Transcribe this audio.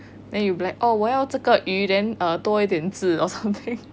the you like 我要这个鱼 then 多一点之 or something